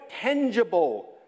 tangible